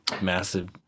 massive